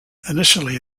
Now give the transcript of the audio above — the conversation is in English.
initially